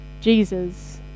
Jesus